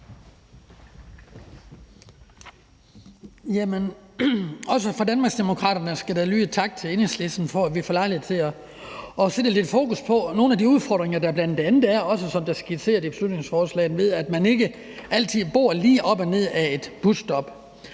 Også fra Danmarksdemokraternes side skal der lyde en tak til Enhedslisten for, at vi får lejlighed til at sætte lidt fokus på nogle af de udfordringer, som der bl.a. er, og som det også er skitseret i beslutningsforslaget, altså at man ikke altid bor lige op og ned ad et busstoppested,